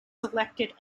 selected